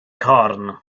corn